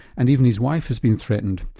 and even his wife has been threatened.